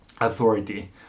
authority